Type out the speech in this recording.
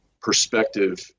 perspective